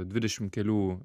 dvidešim kelių